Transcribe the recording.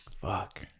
Fuck